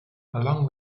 along